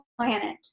planet